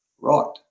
Right